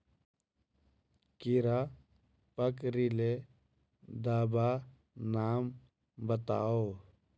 कीड़ा पकरिले दाबा नाम बाताउ?